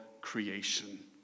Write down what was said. creation